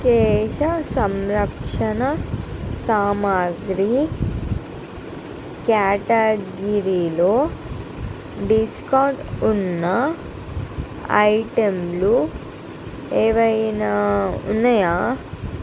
కేశ సంరక్షణ సామాగ్రి క్యాటగిరీలో డిస్కౌంట్ ఉన్న ఐటెంలు ఏవైనా ఉన్నాయా